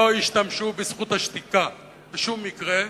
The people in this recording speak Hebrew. לא ישתמשו בזכות השתיקה בשום מקרה,